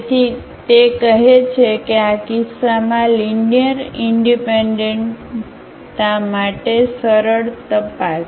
તેથી તે કહે છે કે આ કિસ્સામાં લીનીઅરઇનડિપેન્ડન્ટતા માટે સરળ તપાસ